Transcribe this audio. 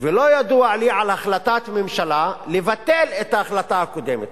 לא ידוע לי על החלטת ממשלה לבטל את ההחלטה הקודמת.